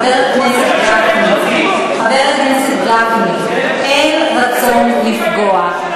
חבר הכנסת גפני, חבר הכנסת גפני, אין רצון לפגוע.